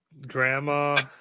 grandma